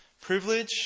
privilege